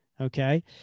okay